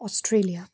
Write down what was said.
Australia